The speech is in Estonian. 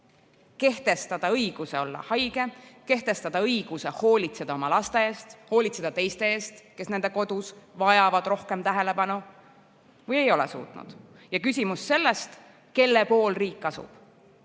kehtestada õiguse olla haige, kehtestada õiguse hoolitseda oma laste eest, hoolitseda teiste eest, kes nende kodus vajavad rohkem tähelepanu, või ei ole suutnud. Ja küsimus sellest, kelle pool riik asub.